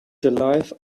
life